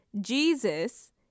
Jesus